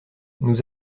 nous